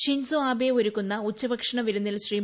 Shinzo Abe ഒരുക്കുന്ന ഉച്ചഭക്ഷണ വിരുന്നിൽ ശ്രീ